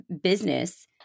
business